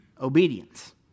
obedience